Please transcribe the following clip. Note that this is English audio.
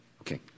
Okay